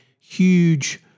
huge